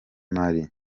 marie